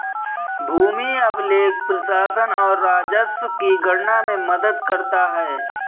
भूमि अभिलेख प्रशासन और राजस्व की गणना में मदद करता है